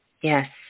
yes